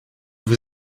vous